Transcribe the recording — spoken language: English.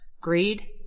Greed